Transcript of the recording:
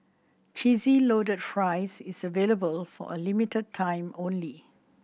Cheesy Loaded Fries is available for a limited time only